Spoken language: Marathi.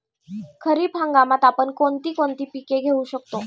खरीप हंगामात आपण कोणती कोणती पीक घेऊ शकतो?